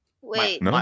Wait